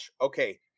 Okay